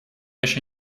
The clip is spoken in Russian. еще